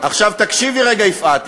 תקשיבי רגע, יפעת.